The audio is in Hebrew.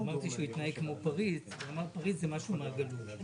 היא לא כפופה למשרד האנרגיה או לכל גוף אחר